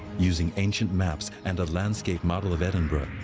using ancient maps and a landscape model of edinburgh,